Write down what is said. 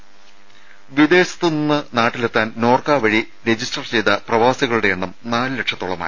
ത വിദേശത്ത് നിന്ന് നാട്ടിലെത്താൻ നോർക്ക വഴി രജിസ്റ്റർ ചെയ്ത പ്രവാസികളുടെ എണ്ണം നാല് ലക്ഷത്തോളമായി